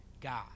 God